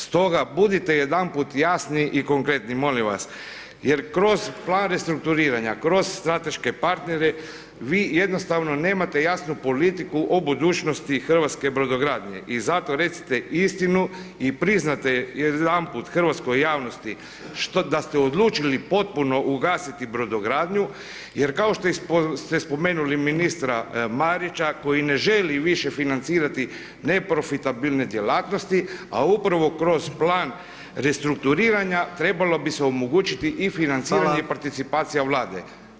Stoga budite jedanput jasni i konkretni, molim vas jer kroz plan restrukturiranja, kroz strateške partnere vi jednostavno nemate jasnu politiku o budućnosti hrvatske brodogradnje i zato recite istinu i priznajte jedanput hrvatskoj javnosti da ste odlučili potpuno ugasiti brodogradnju jer kao što ste spomenuli ministra Marića koji ne želi više financirati neprofitabilne djelatnosti a upravo kroz plan restrukturiranja trebali bi se omogućiti i financiranje i participacija Vlade.